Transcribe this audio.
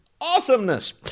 Awesomeness